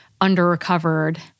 under-recovered